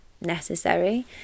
necessary